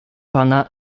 pana